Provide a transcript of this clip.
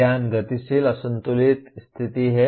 ज्ञान गतिशील असंतुलित स्थिति है